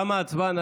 תמה ההצבעה.